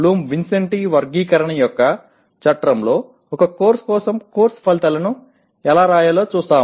ABV వర్గీకరణ యొక్క చట్రంలో ఒక కోర్సు కోసం కోర్సు ఫలితాలను ఎలా వ్రాయాలో చూస్తాము